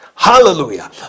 Hallelujah